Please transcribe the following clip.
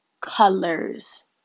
colors